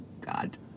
God